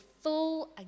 full